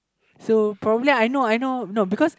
so probably I know I know no because